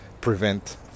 prevent